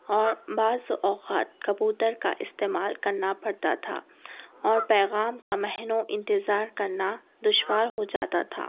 اور بعض اوقات کبوتر کا استعمال کرنا پڑتا تھا اور پیغام کا مہینوں انتظار کرنا دشوار ہو جاتا تھا